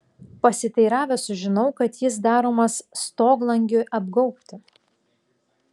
pasiteiravęs sužinau kad jis daromas stoglangiui apgaubti